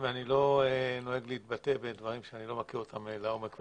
ואני לא נוהג להתבטא בדברים שאני לא מכיר אותם לעומק.